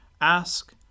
Ask